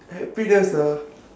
happiness ah